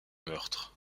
meurtres